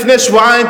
לפני שבועיים,